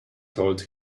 told